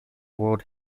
world